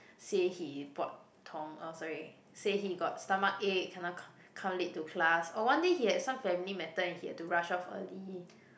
say he report tong~ oh sorry say he got stomachache cannot c~ come late to class one day he had some family matter and he had to rush off early